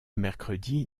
mercredi